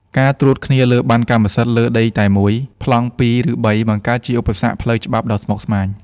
ការត្រួតគ្នាលើប័ណ្ណកម្មសិទ្ធិលើដីតែមួយ ប្លង់ពីរ ឬបី បង្កើតជាឧបសគ្គផ្លូវច្បាប់ដ៏ស្មុគស្មាញ។